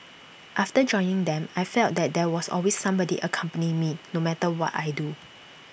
after joining them I felt that there was always somebody accompanying me no matter what I do